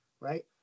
right